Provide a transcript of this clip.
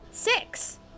Six